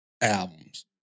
albums